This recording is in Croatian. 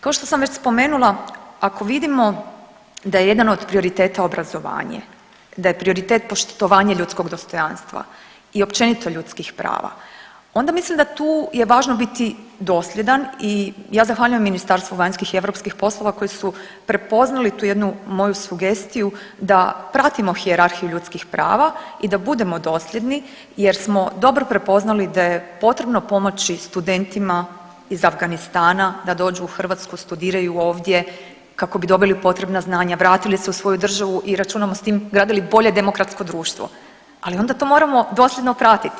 Kao što sam već spomenula ako vidimo da je jedan od prioriteta obrazovanje, da je prioritet poštovanje ljudskog dostojanstva i općenito ljudskih prava onda mislim da tu je važno biti dosljedan i ja zahvaljujem Ministarstvu vanjskih i europskih poslova koji su prepoznati tu jednu moju sugestiju da pratimo hijerarhiju ljudskih prava i da budemo dosljedni jer smo dobro prepoznali da je potrebno pomoći studentima iz Afganistana da dođu u Hrvatsku, studiraju ovdje kako bi dobili potrebna znanja, vratili se u svoju državu i računamo s tim gradili bolje demokratsko društvo, ali onda to moramo dosljedno pratiti.